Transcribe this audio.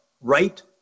right